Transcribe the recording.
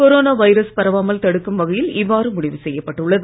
corona virus பரவாமல் தடுக்கும் வகையில் இவ்வாறு முடிவு செய்யப்பட்டுள்ளது